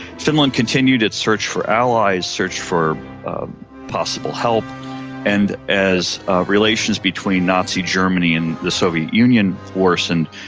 finland continued its search for allies, searched for possible help and as relations between nazi germany and the soviet union worsened,